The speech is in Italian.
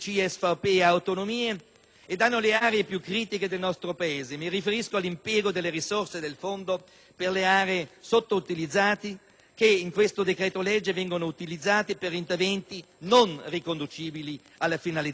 a danno delle aree più critiche del nostro Paese. Mi riferisco all'impiego delle risorse del Fondo per le aree sottoutilizzate che, in questo decreto-legge, vengono utilizzate per interventi non riconducibili alle finalità del Fondo medesimo.